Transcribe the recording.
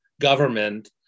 government